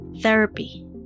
therapy